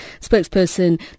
Spokesperson